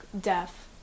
deaf